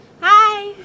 Hi